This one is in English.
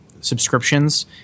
subscriptions